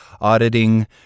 auditing